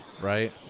right